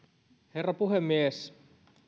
herra puhemies